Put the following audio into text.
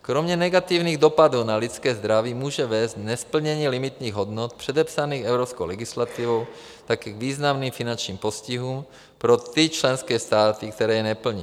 Kromě negativních dopadů na lidské zdraví může vést nesplnění limitních hodnot předepsaných evropskou legislativou také k významným finančním postihům pro ty členské státy, které je neplní.